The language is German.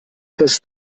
fest